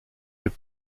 les